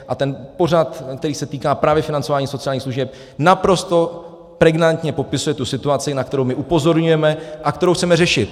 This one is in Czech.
A ten pořad, který se týká právě financování sociálních služeb, naprosto pregnantně popisuje tu situaci, na kterou my upozorňujeme a kterou chceme řešit.